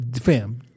Fam